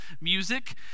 music